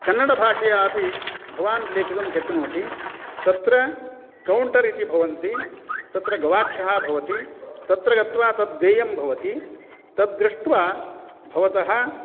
कन्नड़भाषया अपि भवान् लेखितुं शक्नोति तत्र कौण्टर् इति भवन्ति तत्र गवाक्षः भवति तत्र गत्वा तद् देयं भवति तद् दृष्ट्वा भवतः